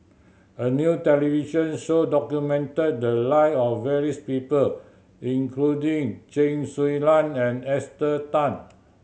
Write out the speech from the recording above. a new television show documented the live of various people including Chen Su Lan and Esther Tan